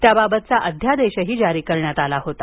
त्याबाबतचा अध्यादेशही जारी करण्यात आला होता